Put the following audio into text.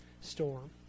storm